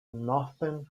northern